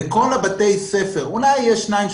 וכל בתי הספר אולי יש שניים,